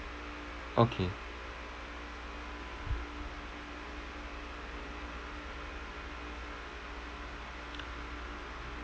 okay